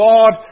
God